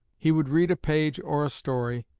he would read a page or a story,